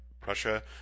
Prussia